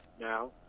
now